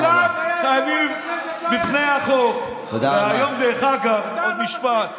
לך תשאל את נתניהו למה אותך מעדות המזרח הוא שם שתהיה שר במשרד המשפטים.